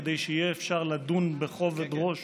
כדי שיהיה אפשר לדון בו בכובד ראש